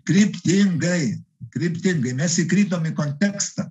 kryptingai kryptingai mes įkritom į kontekstą